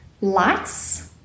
lights